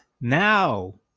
Now